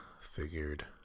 figured